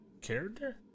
character